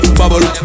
bubble